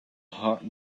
hot